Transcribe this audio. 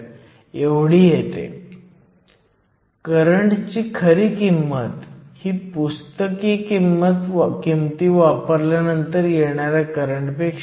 एकदा तुम्हाला कळले की Iso किंवा Jso फॉरवर्ड बायस दरम्यान करंट मोजू शकतो